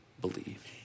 believe